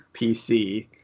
PC